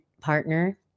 partner